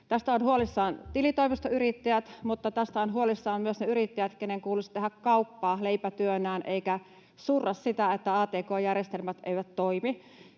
Tästä ovat huolissaan tilitoimistoyrittäjät, mutta tästä ovat huolissaan myös ne yrittäjät, joiden kuuluisi tehdä leipätyönään kauppaa eikä surra sitä, että atk-järjestelmät eivät toimi.